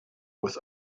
with